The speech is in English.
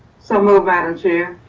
so moved, madam chair.